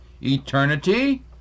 eternity